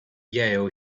yale